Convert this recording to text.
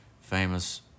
famous